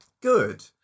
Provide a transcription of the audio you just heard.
Good